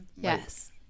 Yes